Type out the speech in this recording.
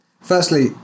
firstly